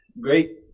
great